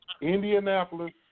Indianapolis